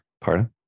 Pardon